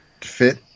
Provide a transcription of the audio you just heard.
fit